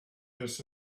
this